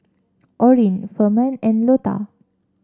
Orin Firman and Lota